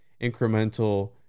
incremental